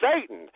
Satan